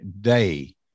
day